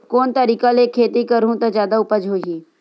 कोन तरीका ले खेती करहु त जादा उपज होही?